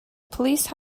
police